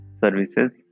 services